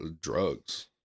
drugs